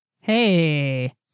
Hey